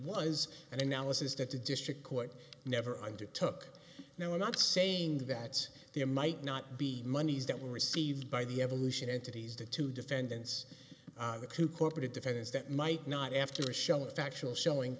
was an analysis that the district court never undertook now i'm not saying that there might not be monies that were received by the evolution entities the two defendants the two corporate defendants that might not after showing factual showing